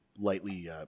Lightly